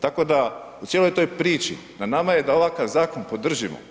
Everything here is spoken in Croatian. Tako da u cijeloj toj priči, na nama je da ovakav zakon podržimo.